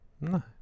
No